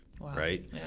right